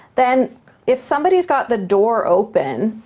then if somebody's got the door open,